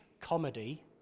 comedy